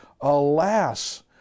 Alas